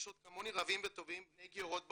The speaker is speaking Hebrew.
יש עוד כמוני רבים וטובים בני גיורות בעולם,